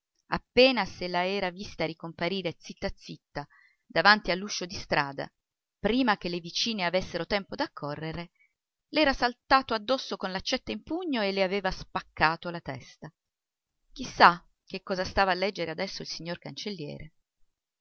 appena se la era vista ricomparire zitta zitta davanti all'uscio di strada prima che le vicine avessero tempo d'accorrere le era saltato addosso con l'accetta in pugno e le aveva spaccato la testa chi sa che cosa stava a leggere adesso il signor cancelliere